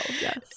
yes